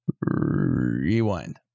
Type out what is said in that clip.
Rewind